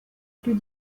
plus